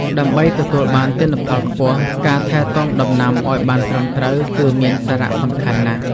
ដើម្បីទទួលបានទិន្នផលខ្ពស់ ការថែទាំដំណាំឱ្យបានត្រឹមត្រូវគឺមានសារៈសំខាន់ណាស់។